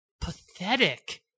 pathetic